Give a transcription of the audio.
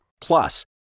Plus